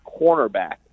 cornerback